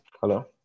Hello